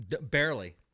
Barely